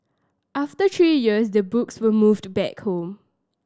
after three years the books were moved back home